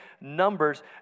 Numbers